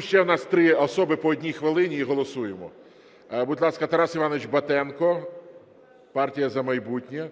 Ще у нас три особи по одній хвилині і голосуємо. Будь ласка, Тарас Іванович Батенко, партія "За майбутнє".